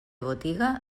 botiga